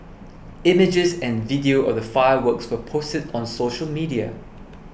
images and video of the fireworks were posted on social media